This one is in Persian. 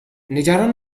نگران